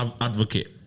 advocate